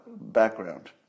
background